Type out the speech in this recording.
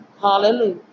Hallelujah